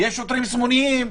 יש שוטרים סמויים,